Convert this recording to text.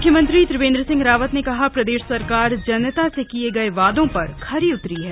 मुख्यमंत्री त्रिवेन्द्र सिंह रावत कहा प्रदेश सरकार जनता से किए गये वादों पर खरी उतरी है